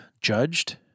judged